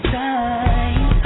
time